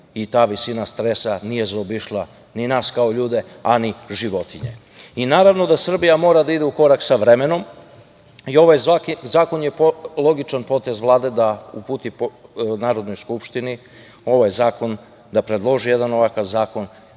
da ta visina stresa nije zaobišla ni nas kao ljude, a ni životinje. Naravno da Srbija mora da ide u korak sa vremenom. Ovaj zakon je logičan potez Vlade da uputi Narodnoj skupštini ovaj zakon, da predloži jedan ovakav zakon